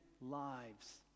lives